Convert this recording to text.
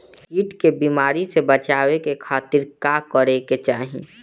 कीट के बीमारी से बचाव के खातिर का करे के चाही?